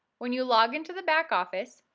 when you login to the backoffice,